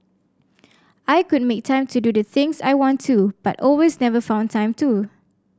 I could make time to do the things I want to but always never found time to